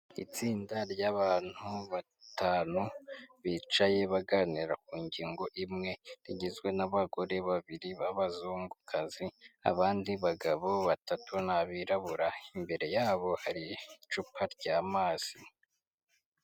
Itsinda ry’abantu batanu bicaye baganira ku ngingo imwe rigizwe n'abagore babiri b'abazungukazi n’abandi bagabo batatu n'abirabura, imbere yabo hari icupa ry’amazi.